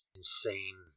insane